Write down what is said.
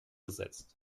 gesetzt